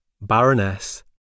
Baroness